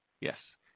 yes